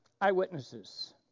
Eyewitnesses